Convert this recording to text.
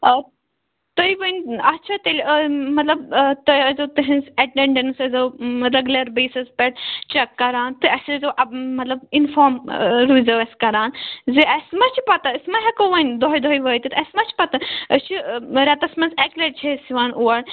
آ تُہۍ ؤنِو اچھا تیٚلہِ آ مطلَب آ تُہۍ ٲسۍزیٚو تِہٕنٛز ایٹیٚنٛڈیٚنٕس ٲسۍزیٚو مَطلب ریگیٛوٗلَر بیسٕز پیٚٹھ چیک کَران تہٕ اسہِ ٲسۍزیٚو اَپ مَطلَب اِنفارٕم روٗزۍزیٚو اسہِ کَران زِ اَسہِ ما چھِ پتاہ أسۍ ما ہیٚکو وۅنۍ دۅہے دۅہے وٲتِتھ اَسہِ ما چھِ پتاہ أسۍ چھِ ریٚتَس منٛز اَکہِ لَٹہِ چھِ أسۍ یِوان اور